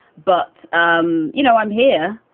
but, um you know, i'm here.